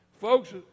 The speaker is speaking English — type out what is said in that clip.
Folks